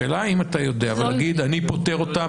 השאלה אם אתה יודע להגיד שאתה פוטר אותה